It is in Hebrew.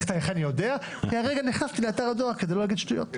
אני יודע כי כרגע נכנסתי לאתר הדואר כדי לא להגיד שטויות.